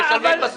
אלה הרשאות.